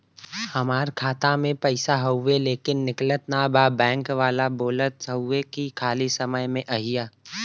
हमार खाता में पैसा हवुवे लेकिन निकलत ना बा बैंक वाला बोलत हऊवे की खाली समय में अईहा